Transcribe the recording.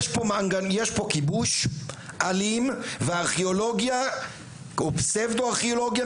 יש פה כיבוש אלים והארכיאולוגיה או פסבדו ארכיאולוגיה,